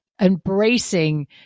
embracing